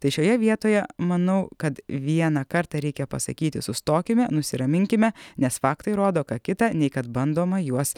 tai šioje vietoje manau kad vieną kartą reikia pasakyti sustokime nusiraminkime nes faktai rodo ką kita nei kad bandoma juos